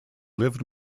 lived